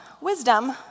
wisdom